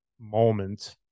moment